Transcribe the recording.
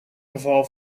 geval